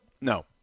no